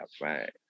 right